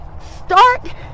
Start